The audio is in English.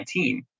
2019